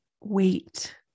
Wait